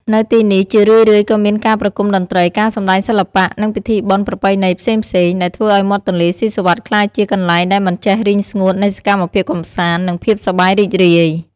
នៅទីនេះ ជារឿយៗក៏មានការប្រគុំតន្ត្រី ការសំដែងសិល្បៈ និងពិធីបុណ្យប្រពៃណីផ្សេងៗ ដែលធ្វើឱ្យមាត់ទន្លេសុីសុវត្ថិក្លាយជាកន្លែងដែលមិនចេះរីងស្ងួតនៃសកម្មភាពកម្សាន្ដ និងភាពសប្បាយរីករាយ។